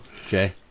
Jay